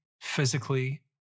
physically